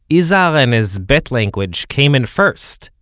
izhar and his bet language came in first,